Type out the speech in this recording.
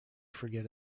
forget